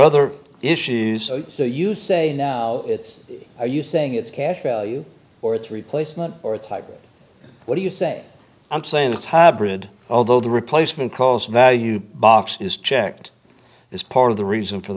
other issues so you say now it's are you saying it's cash value or it's replacement or it's like what do you say i'm saying it's hybrid although the replacement cost value box is checked this part of the reason for